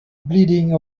bleeding